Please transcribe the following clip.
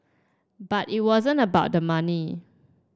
but it wasn't about the money